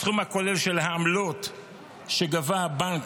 הסכום הכולל של העמלות שגבה הבנק